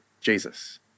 Jesus